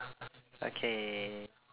okay